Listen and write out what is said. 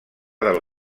del